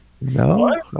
No